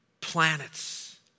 planets